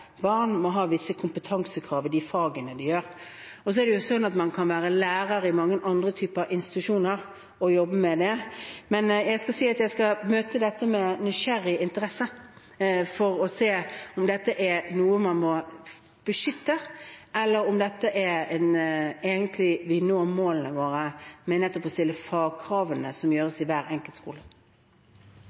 må ha visse krav til kompetanse i de fagene de har. Og så er det sånn at man kan være lærer i mange andre typer institusjoner – og jobbe som det. Men jeg vil si at jeg skal møte dette med nysgjerrig interesse for å se om dette er noe man må beskytte, eller om vi egentlig når målene våre ved nettopp å stille fagkravene, som gjøres i hver enkelt skole.